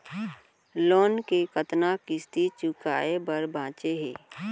Loan के कतना किस्ती चुकाए बर बांचे हे?